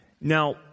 Now